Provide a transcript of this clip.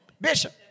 Bishop